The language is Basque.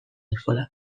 eskola